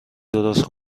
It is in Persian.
درست